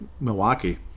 Milwaukee